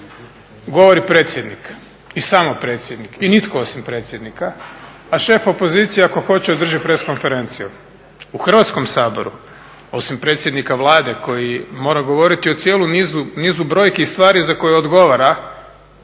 govori predsjednik i samo predsjednik i nitko osim predsjednika, a šef opozicije ako hoće održi press konferenciju. U Hrvatskom saboru osim predsjednika Vlade koji mora govoriti o cijelom nizu brojki i stvari za koje odgovara,